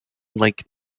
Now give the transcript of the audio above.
lake